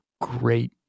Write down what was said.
Great